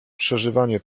przeżywanie